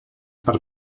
per